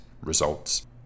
results